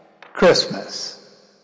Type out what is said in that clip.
Christmas